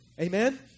Amen